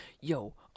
Yo